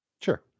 sure